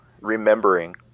remembering